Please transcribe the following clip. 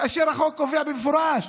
כאשר החוק קובע במפורש?